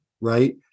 right